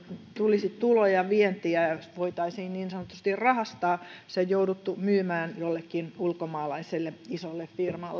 tulisi tuloja ja vientiä ja voitaisiin niin sanotusti rahastaa se on jouduttu myymään jollekin ulkomaalaiselle isolle firmalle